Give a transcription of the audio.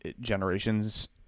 generation's